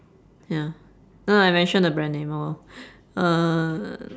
ya oh I mentioned the brand name oh well ah